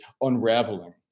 Unraveling